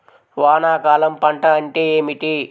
వానాకాలం పంట అంటే ఏమిటి?